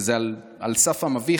שזה על סף המביך,